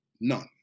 None